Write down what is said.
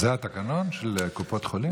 זה התקנון של קופות חולים?